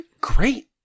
great